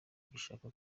gishaka